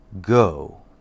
go